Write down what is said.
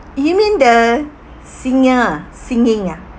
you mean the singer ah singing ah